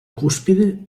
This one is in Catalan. cúspide